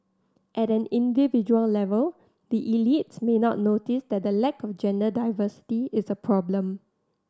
at an individual level the elites may not notice that the lack of gender diversity is a problem